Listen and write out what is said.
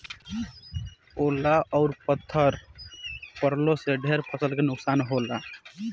ओला अउर पत्थर पड़लो से ढेर फसल के नुकसान होला